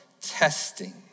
testing